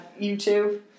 YouTube